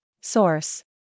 Source